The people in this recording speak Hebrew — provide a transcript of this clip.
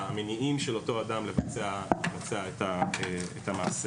המניעים של אותו אדם לבצע את המעשה.